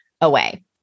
away